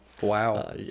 Wow